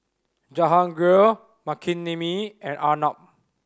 Jahangir Makineni and Arnab